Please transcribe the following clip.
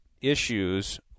issues